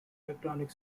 electronic